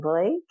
Blake